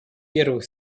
первых